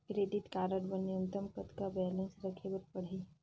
Credit card बर न्यूनतम कतका बैलेंस राखे बर पड़ही?